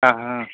ആ ആ